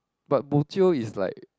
but bo jio is like